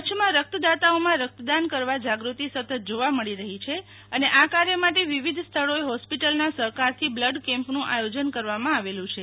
કચ્છમાં રક્તદાતાઓમાં રક્તદાન કરવા જાગૃતિ સતત જોવા મળી રહી છે અને આ કાર્ય માટે વિવિધ સ્થળોએ હોસ્પિટલના સહકારથી બ્લડકેમ્પનું આયોજન કરવામા આવેલું છે